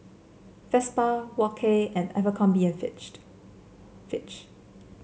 Vespa Wok Hey and Abercrombie and Fitch